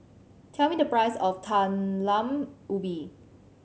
tell me the price of Talam Ubi